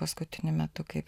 paskutiniu metu kaip